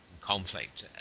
conflict